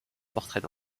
portraits